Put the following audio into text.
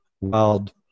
wild